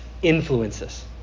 Influences